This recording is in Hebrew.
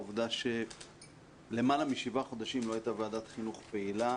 העובדה שלמעלה משבעה חודשים לא הייתה ועדת חינוך פעילה,